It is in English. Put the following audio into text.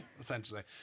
essentially